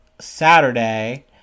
Saturday